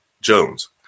Jones